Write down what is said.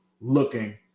looking